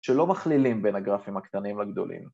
‫שלא מכלילים בין הגרפים הקטנים לגדולים.